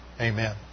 Amen